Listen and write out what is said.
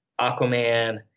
Aquaman